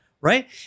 right